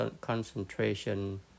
concentration